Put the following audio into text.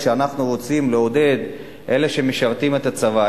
כשאנחנו רוצים לעודד את אלה שמשרתים את הצבא,